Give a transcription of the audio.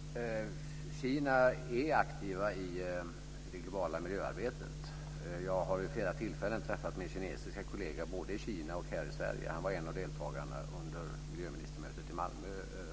Fru talman! Kina är aktivt i det globala miljöarbetet. Jag har vid flera tillfällen träffat min kinesiske kollega både i Kina och i Sverige. Han var en av deltagarna under miljöministermötet i Malmö